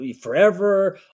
forever